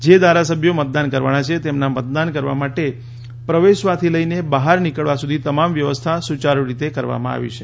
જે ધારાસભ્યો મતદાન કરવાના છે તેમના મતદાન કરવા માટે પ્રવેશવાથી લઇને બહાર નિકળવા સુધી તમામ વ્યવસ્થા સુચારુ રીત ે કરવામાં આવી છે